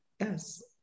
yes